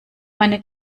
meine